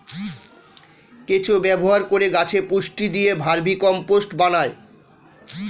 কেঁচো ব্যবহার করে গাছে পুষ্টি দিয়ে ভার্মিকম্পোস্ট বানায়